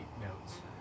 notes